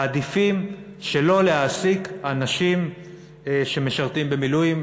מעדיפים שלא להעסיק אנשים שמשרתים במילואים.